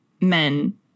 men